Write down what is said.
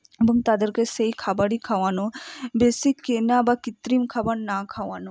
এবং তাদেরকে সেই খাবারই খাওয়ানো বেশি কেনা বা কৃত্রিম খাবার না খাওয়ানো